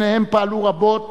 שניהם פעלו רבות